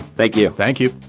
thank you. thank you